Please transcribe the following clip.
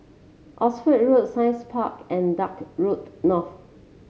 Oxford Road Science Park and Dock Road North